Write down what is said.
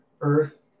earth